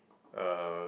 uh